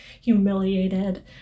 humiliated